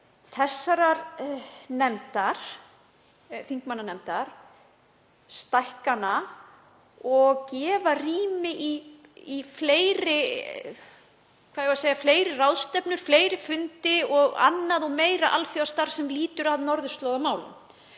þessarar þingmannanefndar, stækka hana og gefa rými í fleiri ráðstefnur, fleiri fundi og annað og meira alþjóðastarf sem lýtur að norðurslóðamálum.